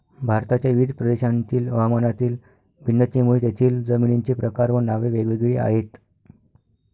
भारताच्या विविध प्रदेशांतील हवामानातील भिन्नतेमुळे तेथील जमिनींचे प्रकार व नावे वेगवेगळी आहेत